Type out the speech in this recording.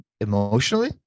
emotionally